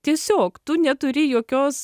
tiesiog tu neturi jokios